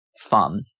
fun